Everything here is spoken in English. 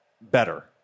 better